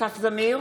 אסף זמיר,